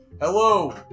Hello